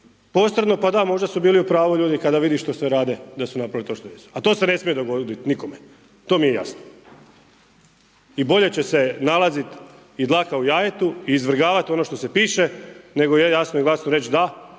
posredno pa da, možda su bili u pravu ljudi kada vide što sve rade da su napravili to što jesu. Ali to se ne smije dogoditi nikome, to mi je jasno. I bolje će se nalaziti i dlaka u jajetu i izvrgavati ono što se piše, nego jasno i glasno reći da,